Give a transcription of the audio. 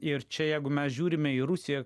ir čia jeigu mes žiūrime į rusiją